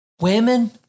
Women